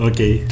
Okay